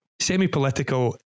semi-political